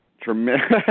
Tremendous